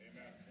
Amen